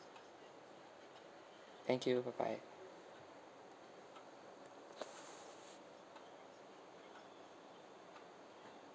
thank ypu bye bye